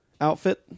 outfit